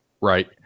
right